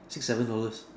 six seven dollars